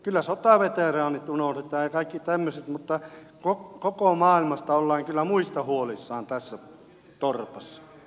kyllä sotaveteraanit unohdetaan ja kaikki tämmöiset mutta muista koko maailmasta ollaan kyllä huolissaan tässä torpassa